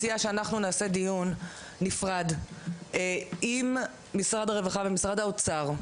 אני מציעה שנעשה דיון נפרד עם משרד הרווחה ומשרד האוצר,